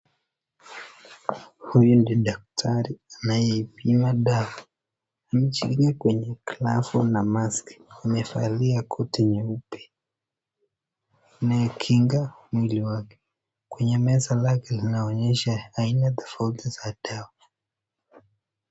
Huyu ni daktari anayeipima dawa, mjini kwenye glavu na maski, amevalia koti nyeupe inayokinga mwili wake, kwenye meza lake inaonyesha aina tofauti za dawa.